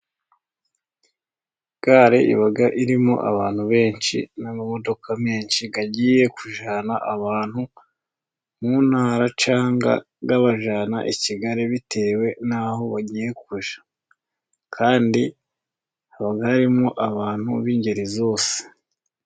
Gare iba irimo abantu benshi n'amamodoka menshi agiye kujyana abantu mu ntara, cyangwa abajyana i Kigali bitewe n'aho bagiye kujya, kandi haba harimo abantu b'ingeri zose.